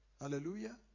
Hallelujah